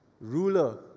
ruler